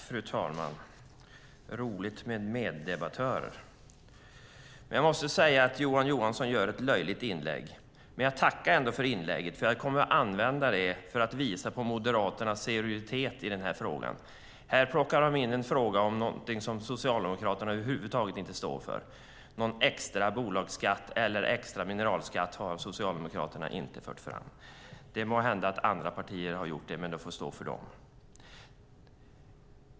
Fru talman! Jag måste säga att Johan Johansson gör ett löjligt inlägg, men jag tackar ändå för det, för jag kommer att använda det för att visa på Moderaternas oseriositet i den här frågan. Här plockar man in något som Socialdemokraterna över huvud taget inte står för. Någon extra bolagsskatt eller extra mineralskatt har Socialdemokraterna inte föreslagit. Det kan hända att andra partier har gjort det, men det får stå för dem.